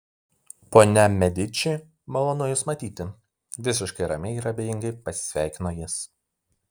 ponia mediči malonu jus matyti visiškai ramiai ir abejingai pasisveikino jis